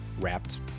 wrapped